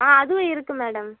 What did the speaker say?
ஆ அதுவும் இருக்கு மேடம்